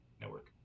network